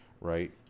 right